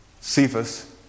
Cephas